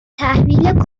تحویل